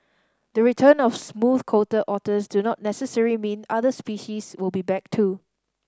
the return of smooth coated otters do not necessary mean other species will be back too